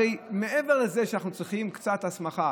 הרי מעבר לזה שאנחנו צריכים קצת הסמכה,